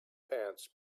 pants